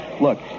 Look